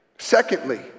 Secondly